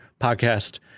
podcast